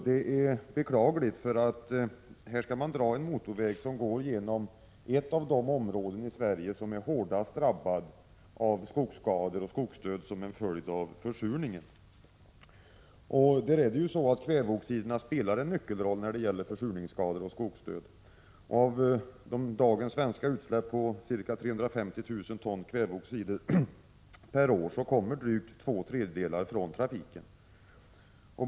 Det är beklagligt, « för här skall dras en motorväg som går genom ett av de områden i Sverige som är hårdast drabbade av skogsskador och skogsdöd till följd av försurningen. Kväveoxiderna spelar en nyckelroll i försurningsskador och skogsdöd. Av dagens svenska utsläpp på ca 350 000 ton kväveoxider per år kommer drygt två tredjedelar från trafiken.